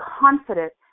confident